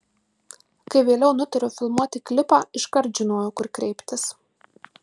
kai vėliau nutariau filmuoti klipą iškart žinojau kur kreiptis